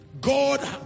God